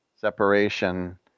separation